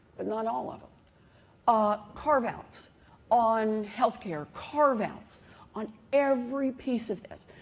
but not all of them. ah carve outs on healthcare. carve outs on every piece of this.